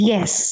Yes